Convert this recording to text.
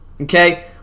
Okay